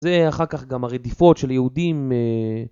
זה אחר כך גם הרדיפות של יהודים